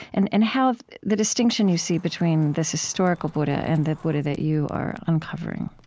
and and how the distinction you see between this historical buddha and the buddha that you are uncovering?